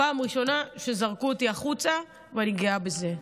זו הפעם הראשונה שזרקו אותי החוצה, ואני גאה בזה.